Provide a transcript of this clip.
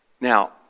Now